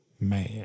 Man